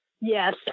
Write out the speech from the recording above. Yes